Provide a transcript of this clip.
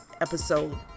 episode